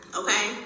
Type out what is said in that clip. okay